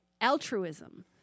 altruism